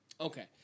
Okay